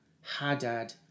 Hadad